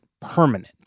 permanent